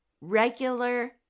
regular